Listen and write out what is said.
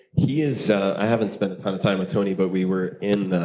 he is i haven't spent a ton of time with tony, but we were in